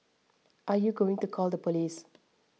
are you going to call the police